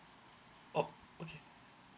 oh okay